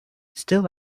still